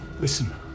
listen